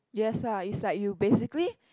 yes lah it's like you basically